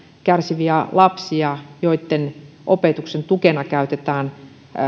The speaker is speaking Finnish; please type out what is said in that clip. kärsiviä lapsia joitten opetuksen tukena käytetään